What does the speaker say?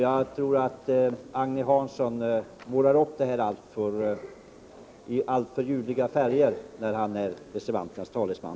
Jag tror att Agne Hansson målar upp en bild i alltför mörk dager, när han i dag för reservanternas talan.